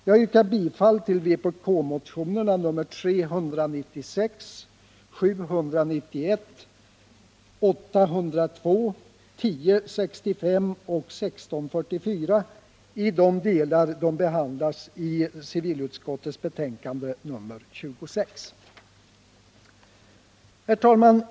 Jag yrkar bifall till vpk-motionerna 396, 791, 802, 1065 och 1644 i de delar de behandlas i civilutskottets betänkande nr 26.